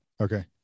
Okay